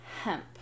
hemp